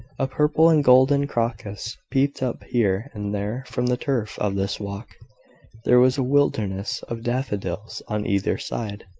a purple and golden crocus peeped up here and there from the turf of this walk there was a wilderness of daffodils on either side,